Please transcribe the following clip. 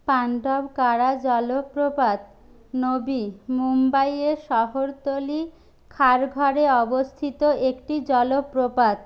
পাণ্ডবকড়া জলপ্রপাত নবি মুম্বাইয়ের শহরতলি খারঘরে অবস্থিত একটি জলপ্রপাত